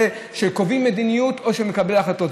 של קובעי מדיניות או של מקבלי החלטות.